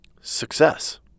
success